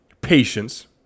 patience